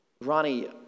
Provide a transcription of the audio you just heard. Ronnie